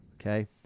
Okay